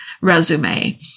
resume